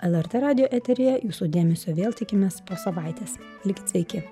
lrt radijo eteryje jūsų dėmesio vėl tikimės po savaitės likit sveiki